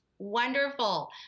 Wonderful